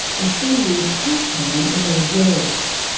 and three years part-time in the reserves.